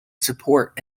support